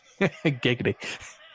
Giggity